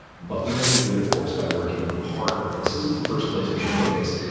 but we tend to do it, of course, by working harder. and this isn't the first place we should focus.